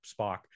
Spock